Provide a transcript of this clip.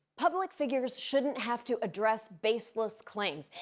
public figures shouldn't have to address baseless claims.